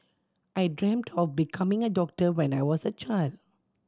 I dreamt of becoming a doctor when I was a child